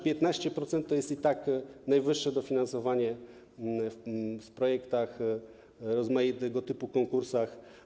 15% to jest i tak najwyższe dofinansowanie w projektach, rozmaitego typu konkursach.